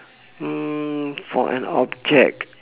mm for an object